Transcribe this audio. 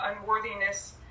unworthiness